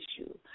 issue